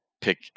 pick